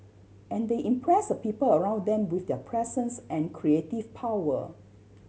and they impress the people around them with their presence and creative power